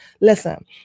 Listen